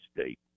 State